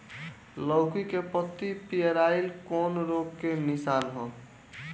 लौकी के पत्ति पियराईल कौन रोग के निशानि ह?